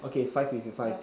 okay five fifty five